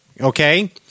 okay